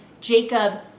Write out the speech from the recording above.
Jacob